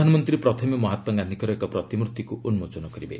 ପ୍ରଧାନମନ୍ତ୍ରୀ ପ୍ରଥମେ ମହାତ୍ଲାଗାନ୍ଧିଙ୍କର ଏକ ପ୍ରତିମୂର୍ତ୍ତିକୁ ଉନ୍କୋଚନ କରିବେ